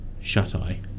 shut-eye